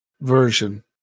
version